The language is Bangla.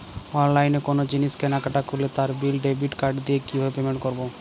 অনলাইনে কোনো জিনিস কেনাকাটা করলে তার বিল ডেবিট কার্ড দিয়ে কিভাবে পেমেন্ট করবো?